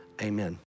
amen